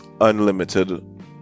unlimited